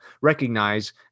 recognize